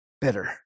bitter